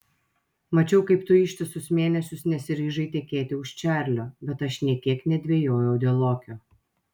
mačiau kaip tu ištisus mėnesius nesiryžai tekėti už čarlio bet aš nė kiek nedvejojau dėl lokio